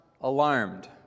alarmed